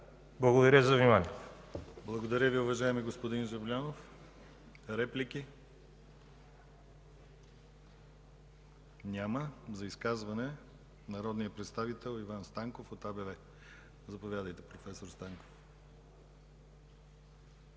ДИМИТЪР ГЛАВЧЕВ: Благодаря Ви, уважаеми господин Жаблянов. Реплики? Няма. За изказване – народният представител Иван Станков от АБВ. Заповядайте, професор Станков.